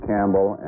Campbell